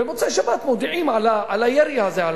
במוצאי-שבת מודיעים על הירי הזה.